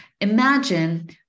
Imagine